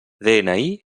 dni